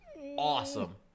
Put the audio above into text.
awesome